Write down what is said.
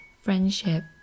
friendship